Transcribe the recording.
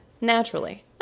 naturally